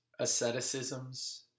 asceticisms